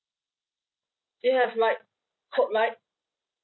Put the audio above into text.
do you have like coke light